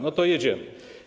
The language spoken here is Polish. No to jedziemy.